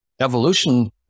evolution